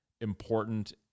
important